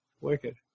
Wicked